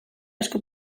esku